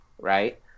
right